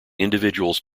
individuals